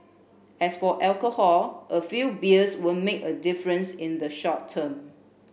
as for alcohol a few beers won't make a difference in the short term